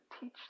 teach